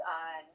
on